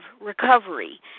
recovery